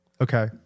Okay